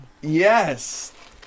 Yes